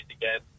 again